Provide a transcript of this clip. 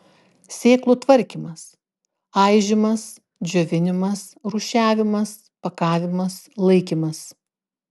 sėklų tvarkymas aižymas džiovinimas rūšiavimas pakavimas laikymas